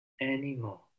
anymore